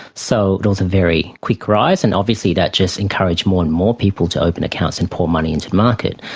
so it was a very quick rise and obviously that just encouraged more and more people to open accounts and pour money into the market.